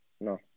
No